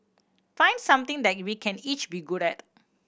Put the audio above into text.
find something that we can each be good at